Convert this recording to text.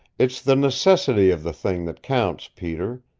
it's the necessity of the thing that counts, peter.